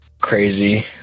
crazy